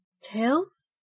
Tails